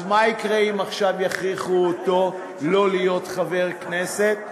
אז מה יקרה אם עכשיו יכריחו אותו לא להיות חבר כנסת?